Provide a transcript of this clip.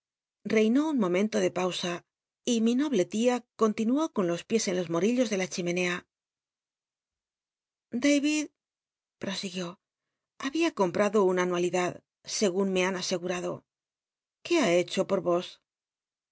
un naomento de pausa y mi noble tia continuó c on los piés en los mol'illos de la chinwnca d wid prosiguió hahia comprad una anualidacl rgun me han a egnraclo qué ha ju rho por os